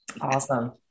Awesome